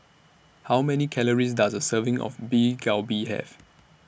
How Many Calories Does A Serving of Beef Galbi Have